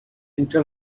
entre